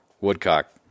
Woodcock